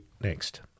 Next